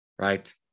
Right